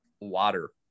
water